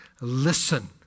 listen